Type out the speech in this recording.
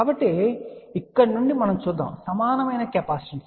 కాబట్టి ఇక్కడ నుండి మనం చూద్దాం సమానమైన కెపాసిటెన్స్